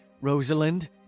Rosalind